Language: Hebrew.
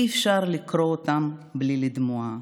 אי-אפשר לקרוא אותם בלי לדמוע.